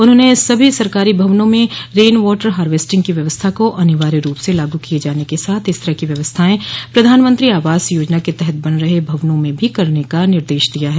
उन्होंने सभी सरकारी भवनों में रेन वाटर हार्वेस्टिंग की व्यवस्था को अनिवार्य रूप से लागू किये जाने के साथ इस तरह की व्यवस्थायें प्रधानमंत्री आवास योजना के तहत बन रहे भवनों में भी करने का निर्देश दिया है